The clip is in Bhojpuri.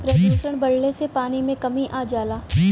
प्रदुषण बढ़ले से पानी में कमी आ जाला